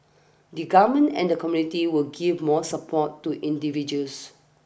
the Government and community will give more support to individuals